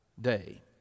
day